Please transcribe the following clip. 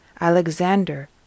Alexander